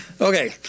Okay